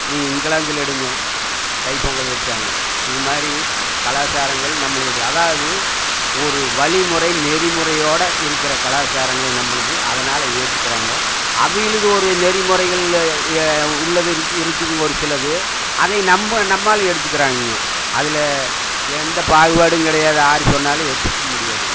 நீங்கள் இங்கிலாந்தில் எடுங்க தைப்பொங்கல் வச்சாங்க இது மாதிரி கலாச்சாரங்கள் நம்மளோட அதாவது ஒரு வழிமுறை நெறிமுறையோடு இருக்கிற கலாச்சாரங்கள் நம்மளுது அதனால ஏத்துக்குறாங்க அவங்களது ஒரு நெறிமுறைகளில் உள்ளது இருக்குது ஒரு சிலது அதை நம்ம நம்மாளு எடுத்துக்குறாங்க அதில் எந்த பாகுபாடும் கிடையாது யார் சொன்னாலும் ஏற்றுக்க முடியாதுங்க